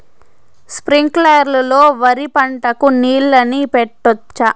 స్ప్రింక్లర్లు లో వరి పంటకు నీళ్ళని పెట్టొచ్చా?